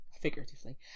figuratively